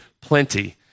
plenty